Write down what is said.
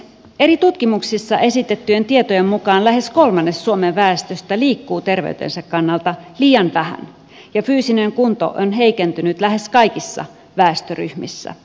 eri tutkimuksissa esitettyjen tietojen mukaan lähes kolmannes suomen väestöstä liikkuu terveytensä kannalta liian vähän ja fyysinen kunto on heikentynyt lähes kaikissa väestöryhmissä